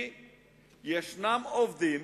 כי יש עובדים